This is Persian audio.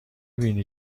بینی